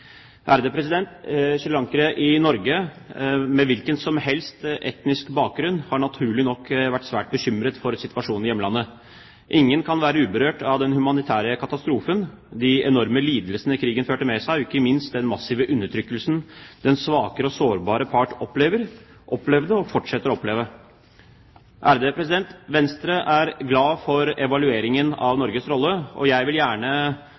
i Norge – med hvilken som helst etnisk bakgrunn – har naturlig nok vært svært bekymret for situasjonen i hjemlandet. Ingen kan være uberørt av den humanitære katastrofen, de enorme lidelsene krigen førte med seg, og ikke minst den massive undertrykkelsen den svakere og sårbare part opplevde og fortsetter å oppleve. Venstre er glad for evalueringen av Norges rolle, og jeg vil gjerne